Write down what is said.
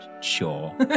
Sure